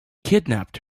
kidnapped